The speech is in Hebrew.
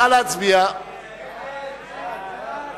הצעת סיעת